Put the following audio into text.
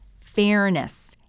fairness